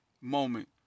moment